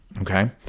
Okay